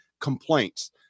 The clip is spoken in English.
complaints